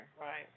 Right